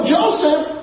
Joseph